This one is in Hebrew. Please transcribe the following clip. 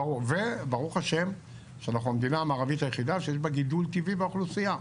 ברוך השם שאנחנו המדינה המערבית היחידה שיש בה גידול טבעי באוכלוסייה,